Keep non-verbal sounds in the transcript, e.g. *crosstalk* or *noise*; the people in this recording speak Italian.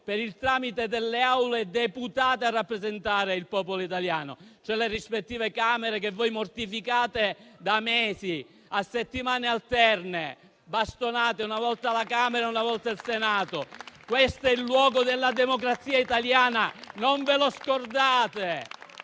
per il tramite delle Assemblee deputate a rappresentare il popolo italiano, cioè le rispettive Camere che voi mortificate da mesi, a settimane alterne, bastonando una volta la Camera, una volta il Senato... *applause* Questo è il luogo della democrazia italiana: non ve lo scordate.